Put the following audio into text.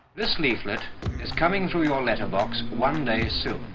this leaflet is coming through your letterbox one day soon.